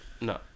No